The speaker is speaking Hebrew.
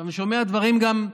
אני שומע גם דברים כמו: